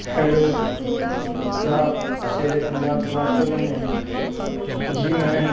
hello کیا آپ شیرے پنجاب سے بات کر رہے ہیں جی میں